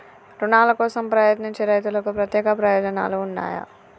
రుణాల కోసం ప్రయత్నించే రైతులకు ప్రత్యేక ప్రయోజనాలు ఉన్నయా?